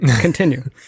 Continue